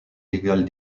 légale